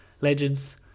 legends